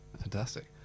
Fantastic